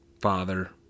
father